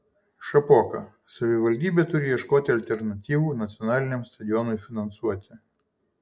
šapoka savivaldybė turi ieškoti alternatyvų nacionaliniam stadionui finansuoti